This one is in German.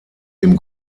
dem